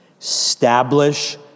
Establish